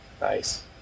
Nice